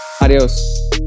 Adios